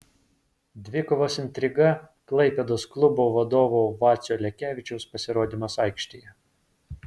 dvikovos intriga klaipėdos klubo vadovo vacio lekevičiaus pasirodymas aikštėje